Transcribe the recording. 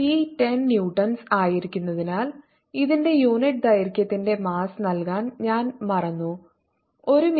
T 10 newtons ആയിരിക്കുന്നതിനാൽ ഇതിന്റെ unit ദൈർഘ്യത്തിന്റെ മാസ്സ് നൽകാൻ ഞാൻ മറന്നു ഒരു മീറ്ററിന് 0